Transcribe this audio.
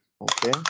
Okay